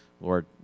Lord